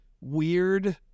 weird